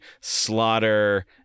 slaughter